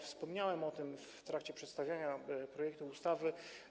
Wspomniałem o tym w trakcie przedstawiania projektu ustawy.